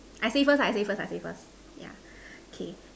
I say first I say first I say first yeah okay